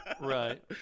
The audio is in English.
Right